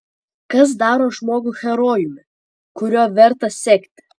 kas daro žmogų herojumi kuriuo verta sekti